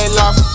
love